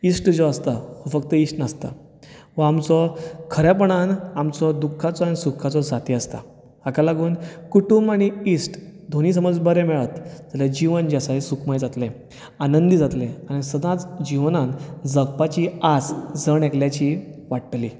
इश्ट जो आसता फक्त इश्ट नासता हो आमचो खरेपणान आमचो दुखाचो आनी सुखाचो आमचो साथी आसता हाका लागून कुटूंब आनी इश्ट दोनीं समज बरे मेळत जाल्यार जीवन जें आसा तें सुखमय जातलें आनंदी जातलें आनी सदांच जिवनांत जगपाची आस जण एकल्याची वाडटली